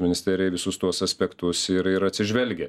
ministerija į visus tuos aspektus ir ir atsižvelgia